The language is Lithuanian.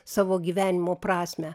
savo gyvenimo prasmę